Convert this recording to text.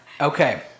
Okay